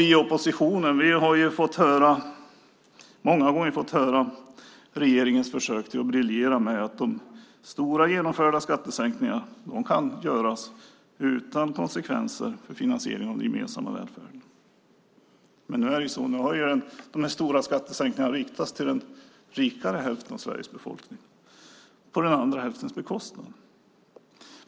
Vi i oppositionen har många gånger fått höra regeringen försöka briljera med att de stora genomförda skattesänkningarna kunnat göras utan konsekvenser för finansieringen av den gemensamma välfärden. De stora skattesänkningarna har dock riktats till den rikare hälften av Sveriges befolkning på den andra hälftens bekostnad.